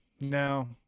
No